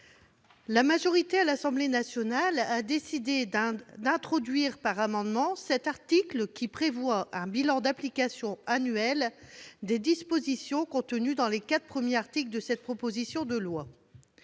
La majorité, à l'Assemblée nationale, a décidé d'introduire par voie d'amendement cet article qui prévoit un bilan d'application annuel des dispositions des quatre premiers articles de cette proposition de loi.